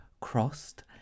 crossed